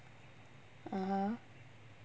(uh huh)